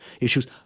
issues